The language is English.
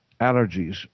allergies